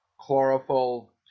chlorophyll